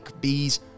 bees